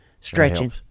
stretching